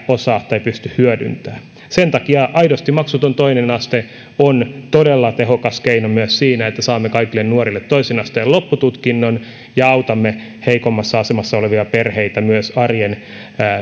osaa tai pysty hyödyntämään sen takia aidosti maksuton toinen aste on todella tehokas keino myös siinä että saamme kaikille nuorille toisen asteen loppututkinnon ja autamme heikommassa asemassa olevia perheitä myös arjen